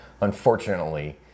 unfortunately